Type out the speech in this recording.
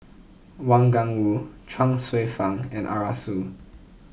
Wang Gungwu Chuang Hsueh Fang and Arasu